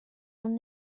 اون